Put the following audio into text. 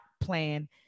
plan